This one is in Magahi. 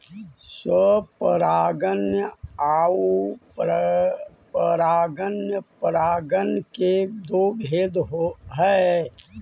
स्वपरागण आउ परपरागण परागण के दो भेद हइ